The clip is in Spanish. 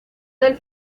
del